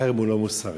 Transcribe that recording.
החרם הוא לא מוסרי.